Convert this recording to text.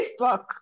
Facebook